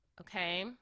okay